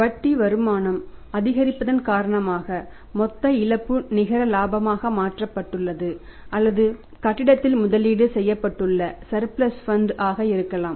வட்டி வருமானம் அதிகரிப்பதன் காரணமாக மொத்த இழப்பு நிகர இலாபமாக மாற்றப்பட்டுள்ளது அல்லது கட்டிடத்தில் முதலீடு செய்யப்பட்டுள்ள சர்பிளஸ் ஃபண்ட் ஆக இருக்கலாம்